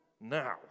now